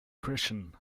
christian